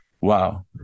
Wow